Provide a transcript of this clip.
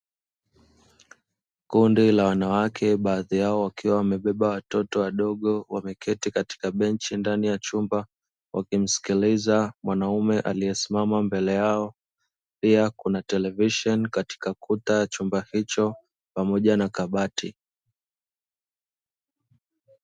Kundi la wanawake, baadhi yao wakiwa wamebeba watoto wadogo. Wameketi katika benchi ndani ya chumba, wakimsikiliza mwanaume aliyesimama mbele yao, pia kuna televisheni katika kuta ya chumba hicho pamoja na kabati.